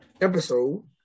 episode